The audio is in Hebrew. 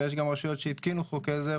ויש גם רשויות שהתקינו חוק עזר